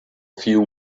few